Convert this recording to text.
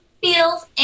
feels